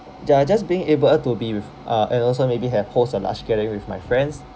ya just being able to be with uh and also maybe have host a large gathering with my friends